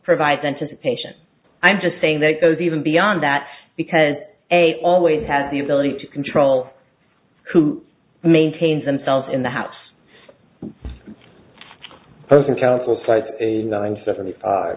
provides anticipation i'm just saying that goes even beyond that because they always have the ability to control who maintains themselves in the house person